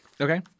okay